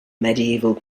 medieval